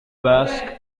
basque